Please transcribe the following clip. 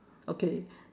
okay